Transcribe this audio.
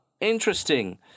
Interesting